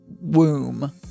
womb